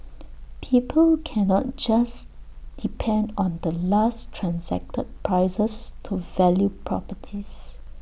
people cannot just depend on the last transacted prices to value properties